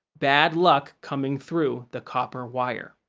bad luck coming through the copper wire.